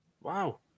Wow